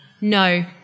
No